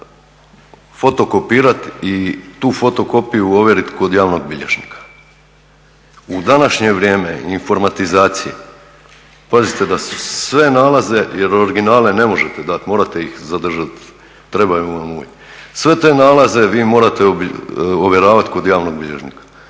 mora fotokopirati i tu fotokopiju ovjeriti kod javnog bilježnika. U današnje vrijeme informatizacije pazite da sve nalaze jer originale ne možete dati, morate ih zadržati, trebaju vam, sve te nalaze vi morate ovjeravati kod javnog bilježnika.